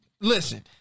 listen